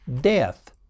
DEATH